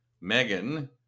Megan